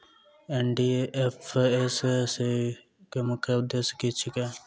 NDFSC केँ मुख्य उद्देश्य की छैक?